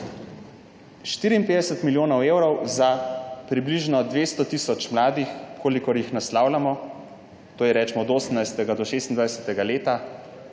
54 milijonov evrov za približno 200 tisoč mladih, kolikor jih naslavljamo, to je od 18. do 26. leta,